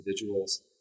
individuals